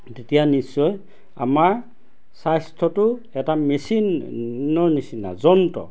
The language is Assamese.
তেতিয়া নিশ্চয় আমাৰ স্বাস্থ্যটো এটা মেচিনৰ নিচিনা যন্ত্ৰ